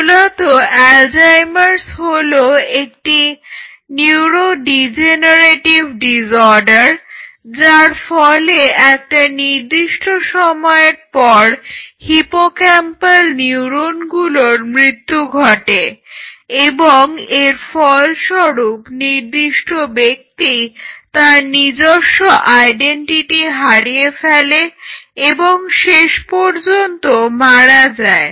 মূলত অ্যালজাইমার্স হলো একটি নিউরোডিজেনারেটিভ ডিজঅর্ডার যার ফলে একটা নির্দিষ্ট সময়ের পর হিপোক্যাম্পাল নিউরনগুলোর মৃত্যু ঘটে এবং এর ফলস্বরূপ নির্দিষ্ট ব্যক্তি তার নিজস্ব আইডেন্টিটি হারিয়ে ফেলে এবং শেষ পর্যন্ত মারা যায়